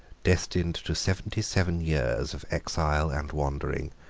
destined to seventy-seven years of exile and wandering,